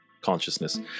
consciousness